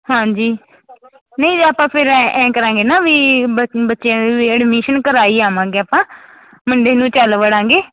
ਹਾਂਜੀ ਨਹੀਂ ਜੇ ਆਪਾਂ ਫਿਰ ਐਂ ਐਂ ਕਰਾਂਗੇ ਨਾ ਵੀ ਬੱ ਬੱਚਿਆਂ ਦੀ ਵੀ ਐਡਮਿਸ਼ਨ ਕਰਵਾ ਹੀ ਆਵਾਂਗੇ ਆਪਾਂ ਮੰਡੇ ਨੂੰ ਚੱਲ ਵੜਾਂਗੇ